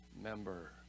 member